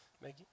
Maggie